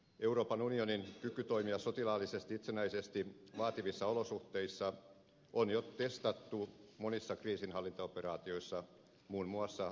euroopan unionin kyky toimia sotilaallisesti itsenäisesti vaativissa olosuhteissa on jo testattu monissa kriisinhallintaoperaatioissa muun muassa tsadissa